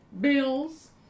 bills